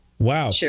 Wow